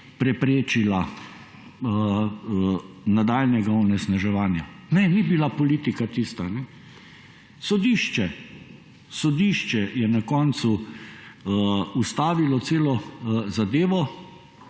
preprečila nadaljnjega onesnaževanja, ne, ni bila politika tista. Sodišče, sodišče je na koncu ustavilo celo zadevo,